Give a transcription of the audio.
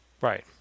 Right